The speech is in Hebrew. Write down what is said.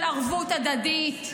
של ערבות הדדית,